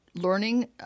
learning